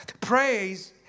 Praise